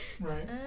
Right